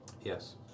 Yes